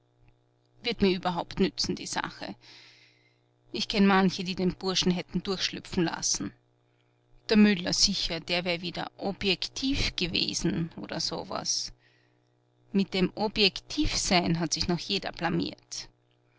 wird mir überhaupt nützen die sache ich kenn manche die den burschen hätten durchschlüpfen lassen der müller sicher der wär wieder objektiv gewesen oder so was mit dem objektivsein hat sich noch jeder blamiert